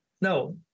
No